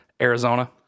Arizona